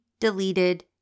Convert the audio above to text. deleted